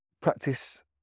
practice